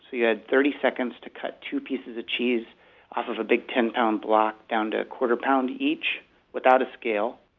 you had thirty seconds to cut two pieces of cheese off of a big ten pound block down to a quarter-pound each without a scale.